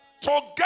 Together